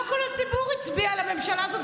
לא כל הציבור הצביע לממשלה הזאת,